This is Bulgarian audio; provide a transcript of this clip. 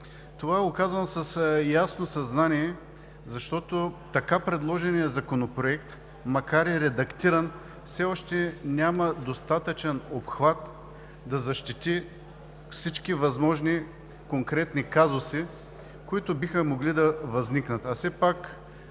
Това го казвам с ясно съзнание, защото така предложения Законопроект, макар и редактиран, все още няма достатъчен обхват да защити всички възможни конкретни казуси, които биха могли да възникнат,